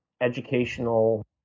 educational